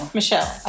Michelle